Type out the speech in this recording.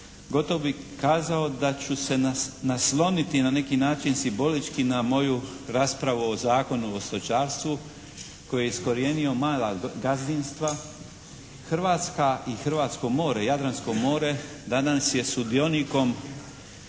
Gotovo bih kazao da ću se nasloniti na neki način simbolički na moju raspravu o Zakonu o stočarstvu koji je iskorijenio mala gazinstva. Hrvatska i hrvatsko more, Jadransko more danas je sudionikom